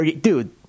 dude